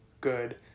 good